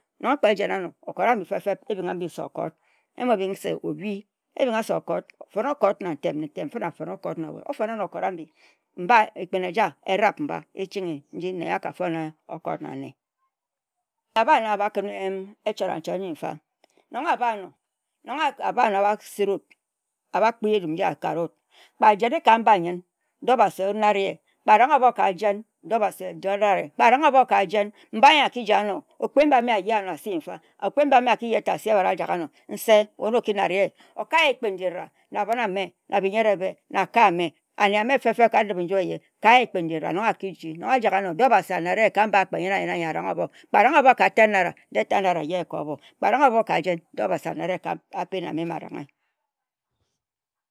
Kpe eye na anor okot ambi fefem ebinghe mbi se okot. Ehmobing mbi se obhi, ehbinghe mbi se okot, fon okot na ntem nne, ntem nne fenne afon okot na wue ofonnano okot ambi na ntem nne, ekpim eja erab mba eching nne yor akafon okot na ntem nne. Nang aha, ahba kan echoram chot nji fa akare wut, abha kpi ejum kpe aranghe ahbo kpi ejum kpe aranghe ahbo kajen, dehe enob ekariye nse kpe araghe obho ka jen dehe enob ekariye. Kari ye ekpin ji ra na abon ameh, biyere ebu, na akae ameh, nna abhonieyen ameh nna ndip nju ehye fem. Nong akiji, dehe obhasi anare ye ka mba kpe yen kpe yen nyi aranghe obho. Kpe aranghe ten naira dehe ten naira aye ye ka obho